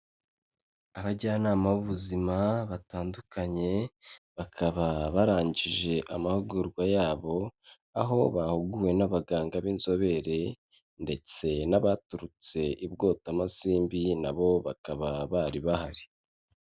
Abajyanama b'ubuzima batandukanye, bakaba barangije amahugurwa yabo, aho bahuguwe n'abaganga b'inzobere ndetse n'abaturutse i Bwotamasimbi na bo bakaba bari bahari.